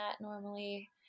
normally